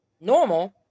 normal